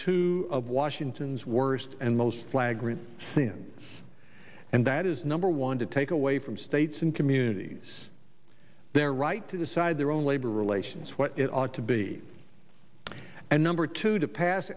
of washington's worst and most flag since and that is number one to take away from states and communities their right to decide their own labor relations what it ought to be and number two to pass